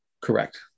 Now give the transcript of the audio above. Correct